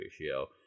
ratio